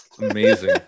amazing